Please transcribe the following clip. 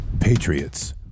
Patriots